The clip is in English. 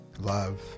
love